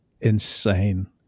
insane